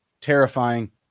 terrifying